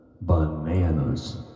bananas